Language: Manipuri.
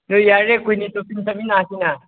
ꯑꯗꯨ ꯌꯥꯔꯗꯤ ꯑꯩꯈꯣꯏ ꯑꯅꯤ ꯁꯣꯞꯄꯤꯡ ꯆꯠꯃꯤꯟꯅꯁꯤꯅ